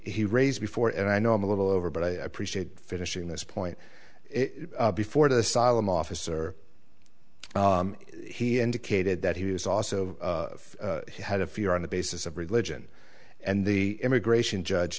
he raised before and i know i'm a little over but i appreciate finishing this point before the asylum officer he indicated that he was also had a fear on the basis of religion and the immigration judge